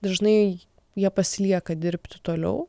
dažnai jie pasilieka dirbti toliau